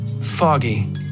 Foggy